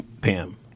Pam